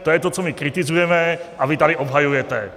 To je to, co my kritizujeme a vy tady obhajujete.